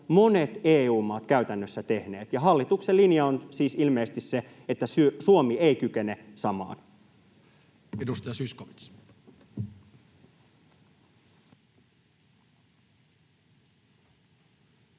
monet EU-maat käytännössä tehneet. Hallituksen linja on siis ilmeisesti se, että Suomi ei kykene samaan. [Speech